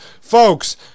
Folks